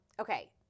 Okay